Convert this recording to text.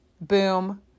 Boom